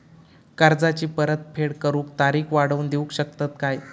कर्जाची परत फेड करूक तारीख वाढवून देऊ शकतत काय?